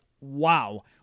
Wow